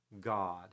God